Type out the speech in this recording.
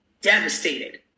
devastated